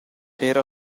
era